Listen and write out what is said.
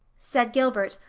said gilbert,